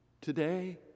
Today